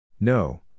No